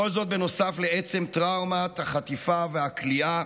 כל זאת, נוסף לעצם טראומת החטיפה והכליאה,